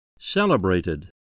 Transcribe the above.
Celebrated